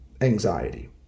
anxiety